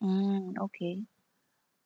mm okay